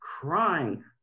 crying